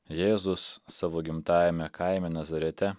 jėzus savo gimtajame kaime nazarete